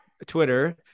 Twitter